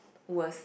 worst